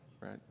right